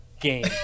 game